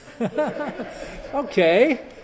Okay